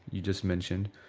you just mentioned,